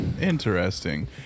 Interesting